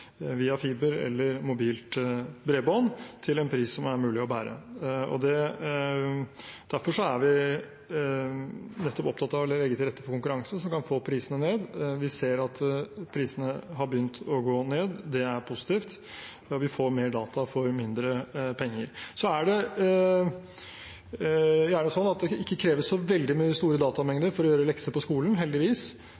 via fiber eller via mobilt bredbånd, til en pris som er mulig å bære. Nettopp derfor er vi opptatt av å legge til rette for en konkurranse som kan få prisene ned. Vi ser at prisene har begynt å gå ned, Det er positivt, vi får mer data for mindre penger. Så er det gjerne slik at det ikke kreves så veldig store